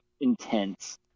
intense